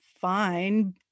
fine